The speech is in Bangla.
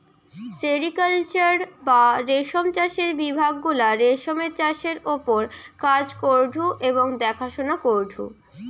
সেরিকালচার বা রেশম চাষের বিভাগ গুলা রেশমের চাষের ওপর কাজ করঢু এবং দেখাশোনা করঢু